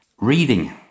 Reading